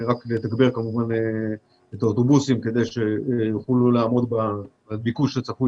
רק לתגבר כמובן את האוטובוסים כדי שיוכלו לעמוד בביקוש שצפוי